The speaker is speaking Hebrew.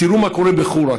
תראו מה קורה בחורה,